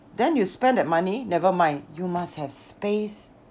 then you spend that money never mind you must have space